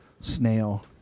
snail